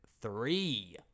three